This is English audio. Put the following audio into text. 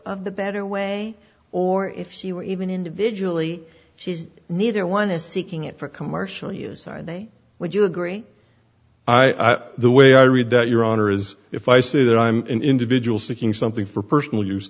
of the better way or if she were even individually she neither one is seeking it for commercial use are they would you agree the way i read that your honor is if i say that i'm an individual seeking something for personal use